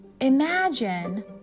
imagine